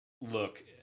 look